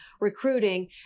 recruiting